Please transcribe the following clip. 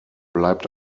bleibt